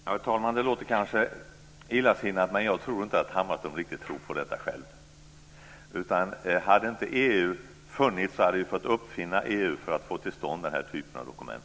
Herr talman! Det låter kanske illasinnat, men jag tror inte att Hammarström riktigt tror på detta själv. Om inte EU hade funnits hade vi fått uppfinna EU för att få till stånd den här typen av dokument.